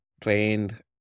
trained